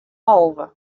alve